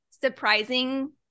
surprising